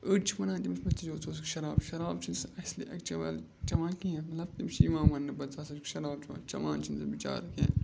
أڑۍ چھِ وَنان تٔمِس نہ ژےٚ چھُکھ شراب شراب چھُنہٕ سُہ اصلی اٮ۪کچٕوٕلی چٮ۪وان کِہیٖنۍ مطلب تٔمِس چھِ یِوان وَننہٕ پَتہٕ ژٕ ہسا چکھ شَراب چٮ۪وان چٮ۪وان چھِنہٕ سُہ بِچار کینٛہہ